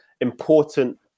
important